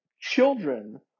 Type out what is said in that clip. children